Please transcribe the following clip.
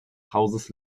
hauses